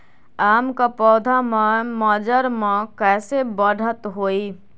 आम क पौधा म मजर म कैसे बढ़त होई?